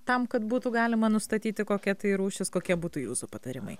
tam kad būtų galima nustatyti kokia tai rūšis kokie būtų jūsų patarimai